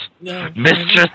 Mistress